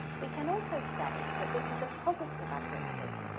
we can also say that this is a positive objective,